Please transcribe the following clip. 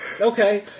Okay